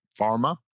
pharma